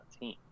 team